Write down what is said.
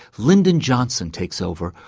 lyndon johnson takes over,